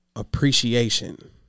appreciation